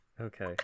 okay